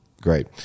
Great